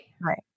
Right